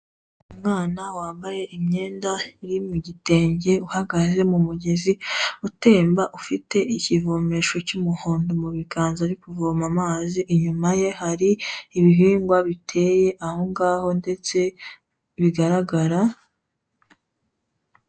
Umwana wambaye imyenda iri mu gitenge uhagaze mu mugezi utemba, ufite ikivomesho cy'umuhondo mu biganza uri kuvoma amazi, inyuma ye hari ibihingwa biteye aho ngaho ndetse bigaragara.